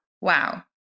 Wow